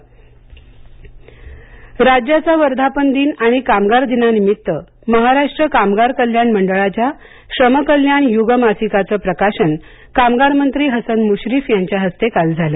प्रकाशन राज्याचा वर्धापन दिन आणि कामगार दिनानिमित्त महाराष्ट्र कामगार कल्याण मंडळाच्या श्रमकल्याण यूग मासिकाचं प्रकाशन कामगारमंत्री हसन म्श्रीफ यांच्या हस्ते काल झालं